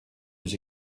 was